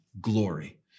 glory